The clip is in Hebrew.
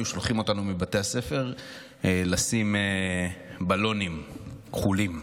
היו שולחים אותנו מבתי הספר לשים בלונים כחולים.